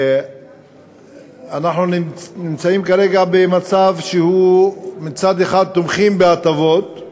אנחנו כרגע במצב שבו מצד אחד אנחנו תומכים בהטבות,